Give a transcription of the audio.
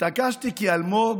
התעקשתי, כי אלמוג